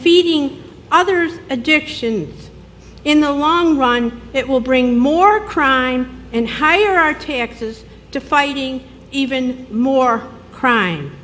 feeding others addiction in the long run it will bring more crime and higher our taxes to fighting even more crime